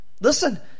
Listen